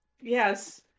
Yes